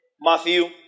Matthew